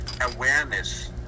awareness